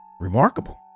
remarkable